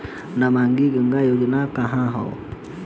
नमामि गंगा योजना का ह?